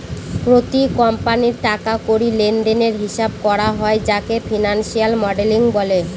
প্রতি কোম্পানির টাকা কড়ি লেনদেনের হিসাব করা হয় যাকে ফিনান্সিয়াল মডেলিং বলে